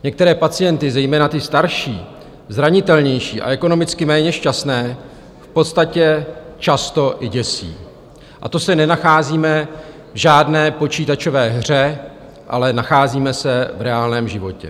Některé pacienty, zejména ty starší, zranitelnější a ekonomicky méně šťastné, v podstatě často i děsí, a to se nenacházíme v žádné počítačové hře, ale nacházíme se v reálném životě.